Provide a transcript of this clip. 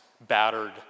battered